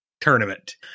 Tournament